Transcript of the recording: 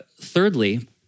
thirdly